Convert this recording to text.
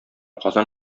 казан